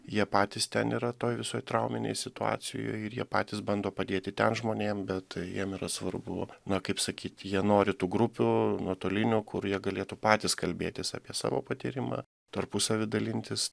jie patys ten yra toj visoj trauminėj situacijoj ir jie patys bando padėti ten žmonėm bet tai jiem yra svarbu na kaip sakyt jie nori tų grupių nuotolinių kur jie galėtų patys kalbėtis apie savo patyrimą tarpusavy dalintis